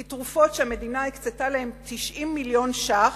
כי תרופות שהמדינה הקצתה להן 90 מיליון שקל,